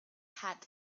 had